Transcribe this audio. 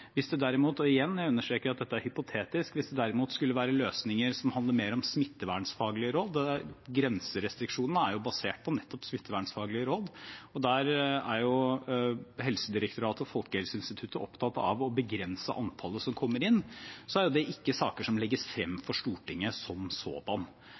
Hvis det derimot, og jeg understreker igjen at dette er hypotetisk, skulle være løsninger som handler mer om smittevernfaglige råd – grenserestriksjonene er jo basert på nettopp smittevernfaglige råd, der er Helsedirektoratet og Folkehelseinstituttet opptatt av å begrense antallet som kommer inn – er ikke det saker som legges frem